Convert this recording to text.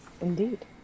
Indeed